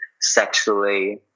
sexually